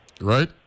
right